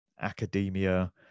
academia